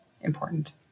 important